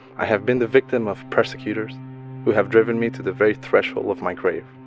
i have been the victim of prosecutors who have driven me to the very threshold of my grave